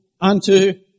unto